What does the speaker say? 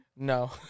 No